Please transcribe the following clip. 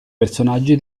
personaggi